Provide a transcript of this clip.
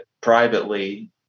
privately